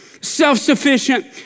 self-sufficient